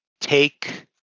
take